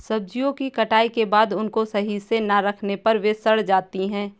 सब्जियों की कटाई के बाद उनको सही से ना रखने पर वे सड़ जाती हैं